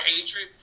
hatred